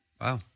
Wow